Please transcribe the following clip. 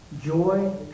joy